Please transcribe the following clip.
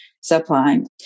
supplying